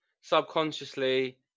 subconsciously